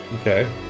Okay